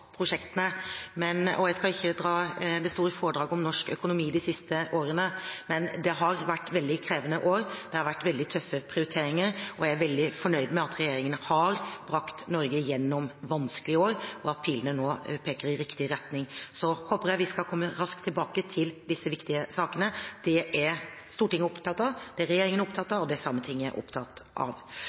skal ikke dra det store foredraget om norsk økonomi de siste årene, men det har vært veldig krevende år. Det har vært veldig tøffe prioriteringer, og jeg er veldig fornøyd med at regjeringen har brakt Norge gjennom vanskelige år, og at pilene nå peker i riktig retning. Jeg håper vi skal komme raskt tilbake til disse viktige sakene. Det er Stortinget opptatt av, det er regjeringen opptatt av, og det er Sametinget opptatt av. Når det gjelder konsultasjonsordningen, er